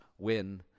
Win